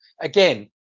again